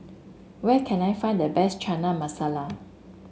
where can I find the best China Masala